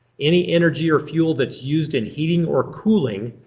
any energy or fuel that's used in heating or cooling,